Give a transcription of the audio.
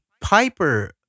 Piper